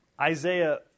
Isaiah